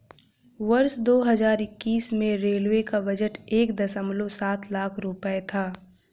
वर्ष दो हज़ार इक्कीस में रेलवे का बजट एक दशमलव सात लाख रूपये था